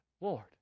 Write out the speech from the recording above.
Lord